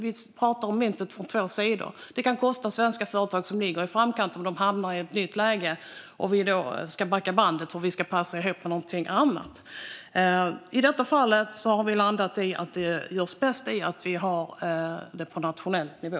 Vi pratar om myntets båda sidor. Det kan kosta svenska företag som ligger i framkant om de hamnar i ett nytt läge och vi måste backa bandet för att passa ihop med någonting annat. I detta fall har vi landat i att vi gör bäst i att ha det på nationell nivå.